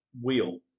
wheel